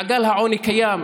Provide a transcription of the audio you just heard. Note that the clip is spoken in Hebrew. מעגל העוני קיים,